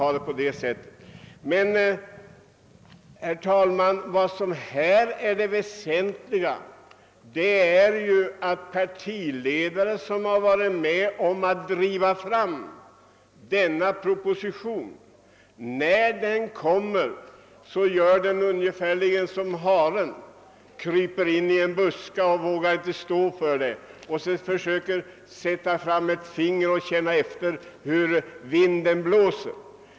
Men det väsentliga är, att när propositionen läggs fram gör samma partiledare, som varit med om att driva fram den, ungefär som haren: de kryper under en buske och sätter upp ett finger för att känna varifrån vinden blåser. Då vågar de inte stå för sitt ställningstagande.